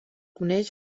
coneix